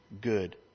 good